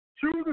Choose